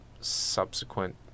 subsequent